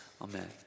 amen